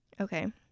Okay